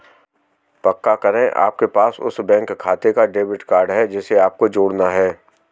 पक्का करें की आपके पास उस बैंक खाते का डेबिट कार्ड है जिसे आपको जोड़ना है